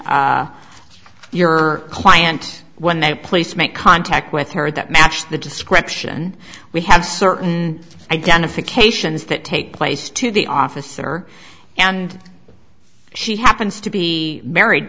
your client when they place make contact with her that matched the description we have certain identifications that take place to the officer and she happens to be married